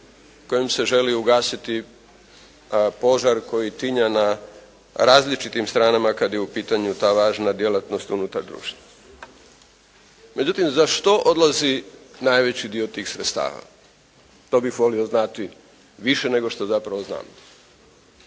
kojim se želi ugasiti požar koji tinja na različitim stranama kada je u pitanju ta važna djelatnost unutar društva. Međutim, za što odlazi najveći dio tih sredstava? To bih volio znati više nego što zapravo znam.